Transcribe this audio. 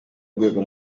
rwego